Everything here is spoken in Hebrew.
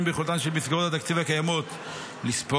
ביכולתן של מסגרות התקציב הקיימות לספוג,